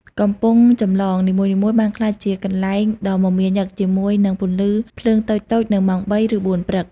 កំពង់ចម្លង នីមួយៗបានក្លាយជាកន្លែងដ៏មមាញឹកជាមួយនឹងពន្លឺភ្លើងតូចៗនៅម៉ោង ៣ ឬ ៤ ព្រឹក។